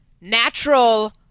natural